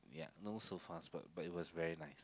ya no sofas but but it was very nice